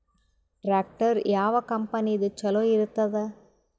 Tractor ಯಾವ ಕಂಪನಿದು ಚಲೋ ಇರತದ?